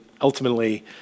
ultimately